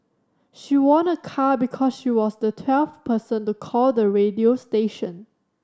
she won a car because she was the twelfth person to call the radio station